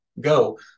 go